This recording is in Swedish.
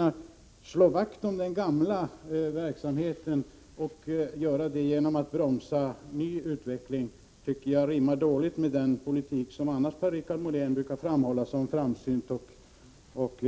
Att slå vakt om den gamla verksamheten och göra det genom att bromsa ny utveckling tycker jag rimmar dåligt med den politik som Per-Richard Molén annars brukar framhålla som framsynt och